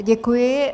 Děkuji.